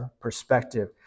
perspective